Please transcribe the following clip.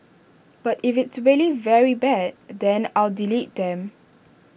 but if it's really very bad then I'll delete them